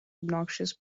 obnoxious